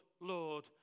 Lord